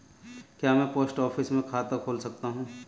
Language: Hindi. क्या मैं पोस्ट ऑफिस में खाता खोल सकता हूँ?